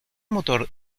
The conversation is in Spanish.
motor